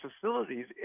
facilities